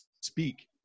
speak